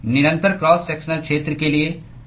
निरंतर cross sectional क्षेत्र के लिए dAs dx क्या है